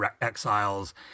exiles